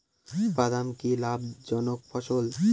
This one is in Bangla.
বাদাম কি লাভ জনক ফসল?